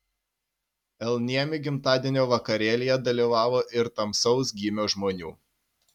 l niemi gimtadienio vakarėlyje dalyvavo ir tamsaus gymio žmonių